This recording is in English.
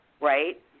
right